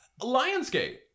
Lionsgate